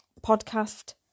podcast